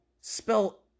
spell